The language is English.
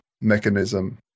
mechanism